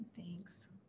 Thanks